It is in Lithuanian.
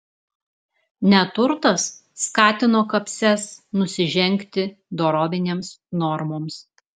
neturtas skatino kapses nusižengti dorovinėms normoms